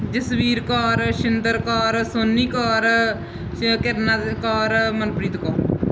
Jasvir Kaur Shinder Kaur Soni Kaur Kirna Kaur Manpreet Kaur